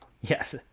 Yes